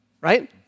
Right